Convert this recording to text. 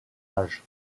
âge